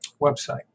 website